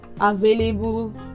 available